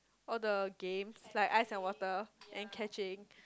all the games like ice and water and catching